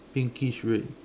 pinkish red